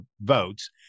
votes